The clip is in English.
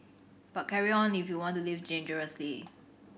but carry on if you want to live dangerously